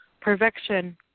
Perfection